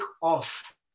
off